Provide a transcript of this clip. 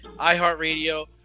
iHeartRadio